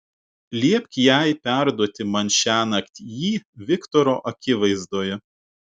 liepk jai perduoti man šiąnakt jį viktoro akivaizdoje